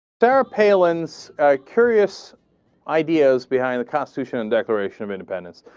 sarah palin's curious ideas behind the constitution and declaration of independence.